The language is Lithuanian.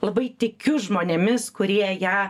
labai tikiu žmonėmis kurie ją